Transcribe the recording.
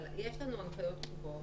אבל יש לנו הנחיות כתובות,